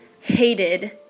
hated